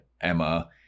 Emma